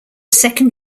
second